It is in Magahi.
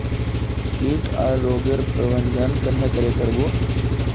किट आर रोग गैर प्रबंधन कन्हे करे कर बो?